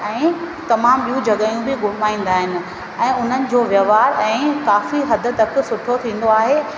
ऐं तमामु ॿियूं जॻहियूं बि घुमाईंदा आहिनि ऐं उन्हनि जो वहिंवार ऐं काफ़ी हद तक सुठो थींदो आहे